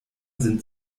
sind